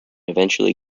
eventually